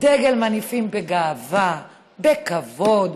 דגל מניפים בגאווה, בכבוד.